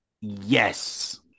yes